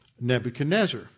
Nebuchadnezzar